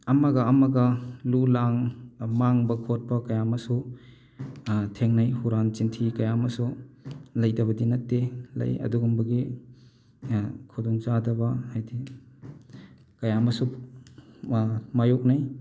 ꯑꯃꯒ ꯑꯃꯒ ꯂꯨ ꯂꯥꯡ ꯃꯥꯡꯕ ꯈꯣꯠꯄ ꯀꯌꯥ ꯑꯃꯁꯨ ꯊꯦꯡꯅꯩ ꯍꯨꯔꯥꯟ ꯆꯤꯟꯊꯤ ꯀꯌꯥ ꯑꯃꯁꯨ ꯂꯩꯇꯕꯗꯤ ꯅꯠꯇꯦ ꯂꯩ ꯑꯗꯨꯒꯨꯝꯕꯒꯤ ꯈꯨꯗꯣꯡꯆꯥꯗꯕ ꯍꯥꯏꯗꯤ ꯀꯌꯥ ꯑꯃꯁꯨ ꯃꯥꯌꯣꯛꯅꯩ